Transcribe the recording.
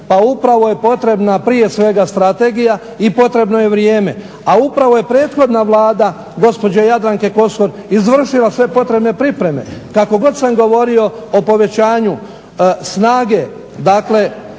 Pa upravo je potrebna prije svega strategija i potrebno je vrijeme. A upravo je prethodna Vlada gospođe Jadranke Kosor izvršila sve potrebne pripreme. Kako god sam govorio o povećanju snage, dakle